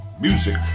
Music